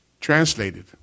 translated